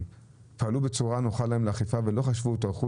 --- פעלו בצורה הנוחה להם לאכיפה ולא חשבו או טרחו